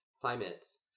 climates